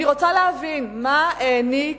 אני רוצה להבין: מה העניק